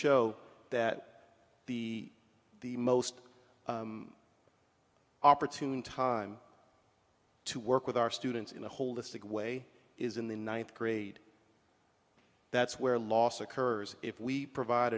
show that the the most opportune time to work with our students in a holistic way is in the ninth grade that's where loss occurs if we provide